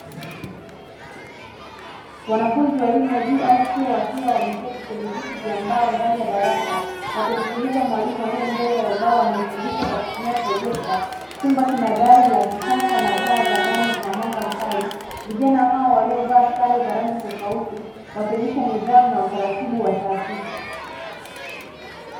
Wanafunzi wa elimu ya juu au chuo wakiwa wameketi kwenye viti vya mbao ndani ya darasa, wakimsikiliza mwalimu aliye mbele ya ubao anayefundisha kwa kutumia projekta. Chumba kina dari la kisasa na taa za ndani zina mwanga mkali. Vijana hao waliovaa sare za rangi tofauti wakionyesha nidhamu na utaratibu wa taasisi.